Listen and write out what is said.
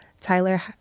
Tyler